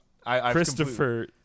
Christopher